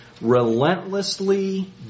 relentlessly